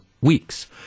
weeks